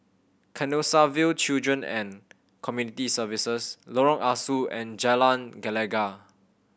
Canossaville Children and Community Services Lorong Ah Soo and Jalan Gelegar